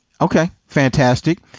okay. fantastic.